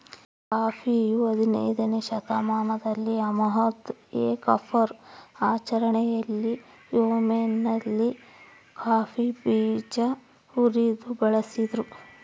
ಕಾಫಿಯು ಹದಿನಯ್ದನೇ ಶತಮಾನದಲ್ಲಿ ಅಹ್ಮದ್ ಎ ಗಫರ್ ಆಚರಣೆಯಲ್ಲಿ ಯೆಮೆನ್ನಲ್ಲಿ ಕಾಫಿ ಬೀಜ ಉರಿದು ಬಳಸಿದ್ರು